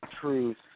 truth